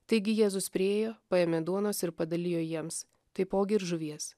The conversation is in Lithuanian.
taigi jėzus priėjo paėmė duonos ir padalijo jiems taipogi ir žuvies